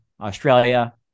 Australia